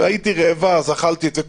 הייתי רעבה אז אכלתי את זה.